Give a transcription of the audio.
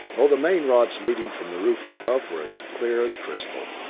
though the main rods leading from the roof above were as clear as crystal.